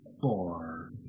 four